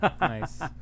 Nice